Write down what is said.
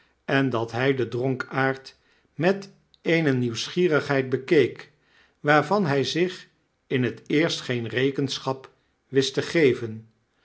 en dat hy den dronkaard met eene nieuwsgierigheid bekeek waarvan hy zich in t eerst geen rekenschap wist te geven